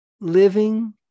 living